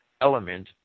element